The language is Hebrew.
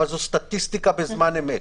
אבל זו סטטיסטיקה בזמן אמת.